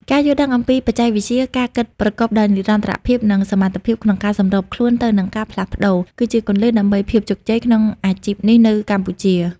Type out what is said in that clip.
ការយល់ដឹងអំពីបច្ចេកវិទ្យា ការគិតប្រកបដោយនិរន្តរភាព និងសមត្ថភាពក្នុងការសម្របខ្លួនទៅនឹងការផ្លាស់ប្តូរ គឺជាគន្លឹះដើម្បីភាពជោគជ័យក្នុងអាជីពនេះនៅកម្ពុជា។